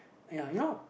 ya you know